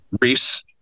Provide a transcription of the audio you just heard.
Reese